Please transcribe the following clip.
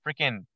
Freaking